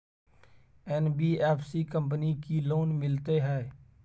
NBFC company की loan मिलते है?